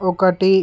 ఒకటి